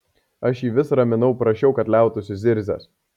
aš jį vis raminau prašiau kad liautųsi zirzęs